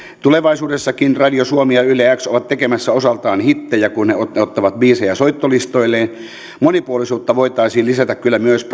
tulevaisuudessakin radio suomi ja yle kymmenen ovat tekemässä osaltaan hittejä kun ne ottavat biisejä soittolistoilleen monipuolisuutta voitaisiin kyllä lisätä myös